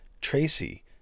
Tracy